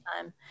time